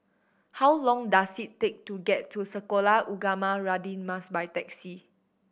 how long does it take to get to Sekolah Ugama Radin Mas by taxi